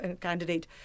candidate